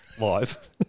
live